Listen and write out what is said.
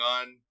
on